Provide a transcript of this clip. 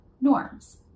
norms